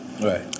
Right